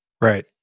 Right